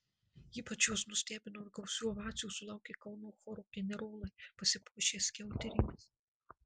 ypač juos nustebino ir gausių ovacijų sulaukė kauno choro generolai pasipuošę skiauterėmis